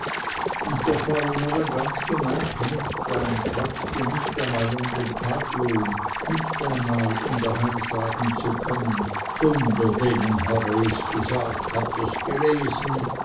und doch war er nur ein ganz gemein knechtlein schwatzte nicht einmal um den taglohn nicht einmal um dann daheim sagen zu können dunder denen hab ichs gesagt habt ihrs gelesen